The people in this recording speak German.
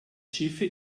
schiffe